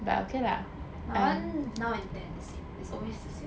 mine [one] now and then the same it's always the same